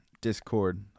discord